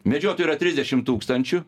medžiotojų yra trisdešim tūkstančių